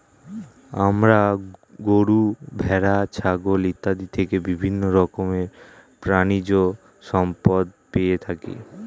আমরা গরু, ভেড়া, ছাগল ইত্যাদি থেকে বিভিন্ন রকমের প্রাণীজ সম্পদ পেয়ে থাকি